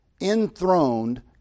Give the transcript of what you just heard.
enthroned